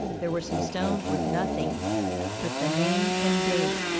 there were some stones with nothing but the name and date,